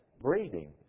breeding